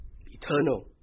eternal